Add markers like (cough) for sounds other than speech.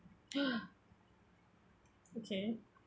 (breath) okay